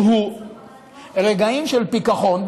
ברגעים של פיקחון,